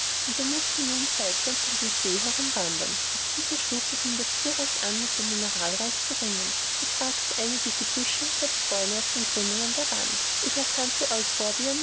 und wir mußten nun seitwärts um den see herum wandern auf dieser stufe fing das thierreich an mit dem mineralreich zu ringen es ragten einige gebüsche und selbst bäume aus den krümmungen der wand ich erkannte